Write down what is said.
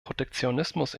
protektionismus